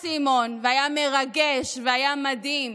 הייתי בנתניה, סימון, והיה מרגש והיה מדהים,